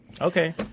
okay